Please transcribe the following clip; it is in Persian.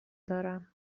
دارم